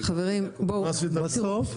מה עשית שם?